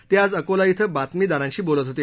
ते आज अकोला इथं बातमीदारांशी बोलत होते